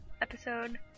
episode